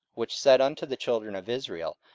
which said unto the children of israel,